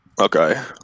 okay